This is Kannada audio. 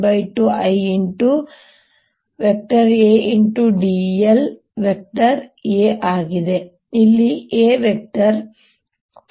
dl A ಆಗಿದೆ ಇಲ್ಲಿ A ವೆಕ್ಟರ್ ಪೊಟೆನ್ಷಿಯಲ್ ds ಆಗಿದೆ